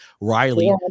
Riley